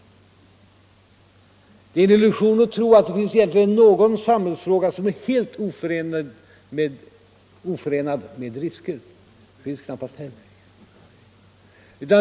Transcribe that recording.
Det är också en illusion att tro att det egentligen finns någon samhällsaktivitet som är helt oförenad med risker.